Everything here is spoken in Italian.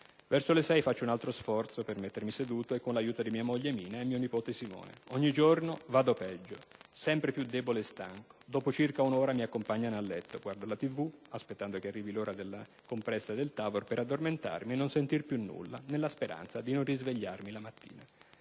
Verso le sei faccio un altro sforzo a mettermi seduto, con l'aiuto di mia moglie Mina e mio nipote Simone. Ogni giorno vado peggio, sempre più debole e stanco. Dopo circa un'ora mi accompagnano a letto. Guardo la tv, aspettando che arrivi l'ora della compressa del Tavor per addormentarmi e non sentire più nulla e nella speranza di non svegliarmi la mattina.